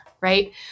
right